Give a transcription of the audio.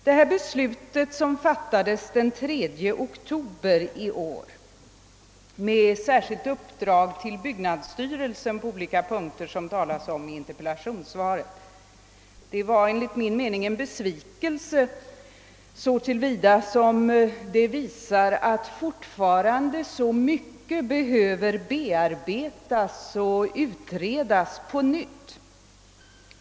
Det beslut som fattades den 3 oktober i år om särskilt uppdrag till byggnadsstyrelsen att fortsätta planeringen på olika punkter — som nämns i interpellationssvaret — var enligt min mening en besvikelse så till vida som det visar att fortfarande så mycket behöver bearbetas och utredas på nytt.